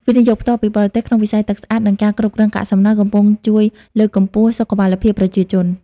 វិនិយោគផ្ទាល់ពីបរទេស ក្នុងវិស័យទឹកស្អាត និងការគ្រប់គ្រងកាកសំណល់ កំពុងជួយលើកកម្ពស់សុខុមាលភាពប្រជាជន។